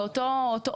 באותו מקום.